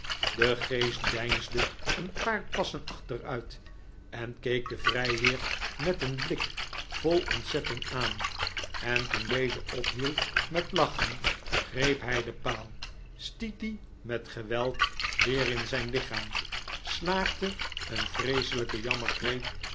de geest deinsde een paar passen achteruit en keek den vrijheer met een blik vol ontzetting aan en toen deze ophield met lachen greep hij den paal stiet dien met geweld weer in zijn lichaam slaakte een vreeselijken